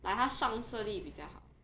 like 它上色力比较好